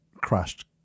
crashed